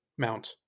mount